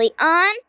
on